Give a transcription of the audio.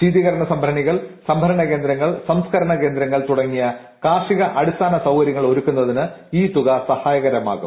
ശീതീകരണ സംഭരണികൾ സംഭരണ കേന്ദ്രങ്ങൾ സംസ്കരണ കേന്ദ്രങ്ങൾ തുടങ്ങിയ കാർഷിക അടിസ്ഥാന സൌകര്യങ്ങൾ ഒരുക്കുന്നതിന് ഈ തുക സഹായകരമാകും